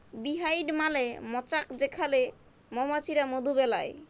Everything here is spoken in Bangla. বী হাইভ মালে মচাক যেখালে মমাছিরা মধু বেলায়